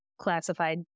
classified